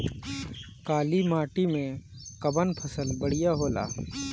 काली माटी मै कवन फसल बढ़िया होला?